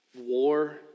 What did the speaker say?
war